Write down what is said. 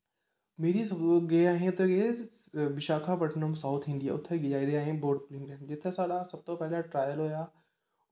मेरे हिसाब गे अस उत्थै गे विशाखापटनम साउथ इंडिया उत्थें गे ते असें बोर्टिंग जित्थें साढ़ा सब तो पैह्लें ट्रायल होएआ